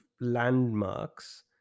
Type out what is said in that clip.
landmarks